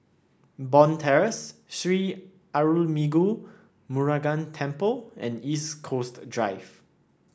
Bond Terrace Sri Arulmigu Murugan Temple and East Coast Drive